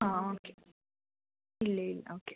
അ okay ഇല്ലേ okay